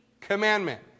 commandment